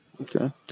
Okay